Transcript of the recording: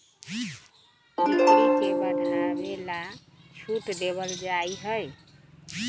बिक्री के बढ़ावे ला छूट देवल जाहई